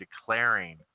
declaring